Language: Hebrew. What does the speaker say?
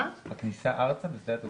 בכניסה ארצה בשדה התעופה?